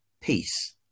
peace